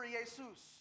Jesus